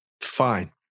Fine